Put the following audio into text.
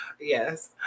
yes